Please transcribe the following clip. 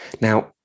Now